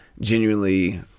genuinely